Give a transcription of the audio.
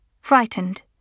Frightened